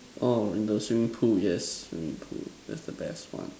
oh in the swimming pool yes swimming pool that's the best one